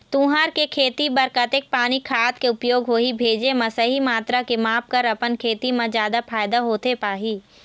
तुंहर के खेती बर कतेक पानी खाद के उपयोग होही भेजे मा सही मात्रा के माप कर अपन खेती मा जादा फायदा होथे पाही?